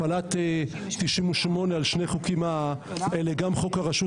הפעלת 98 על שני החוקים האלה גם חוק הרשות